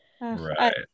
Right